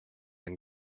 and